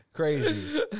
Crazy